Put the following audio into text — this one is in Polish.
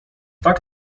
tak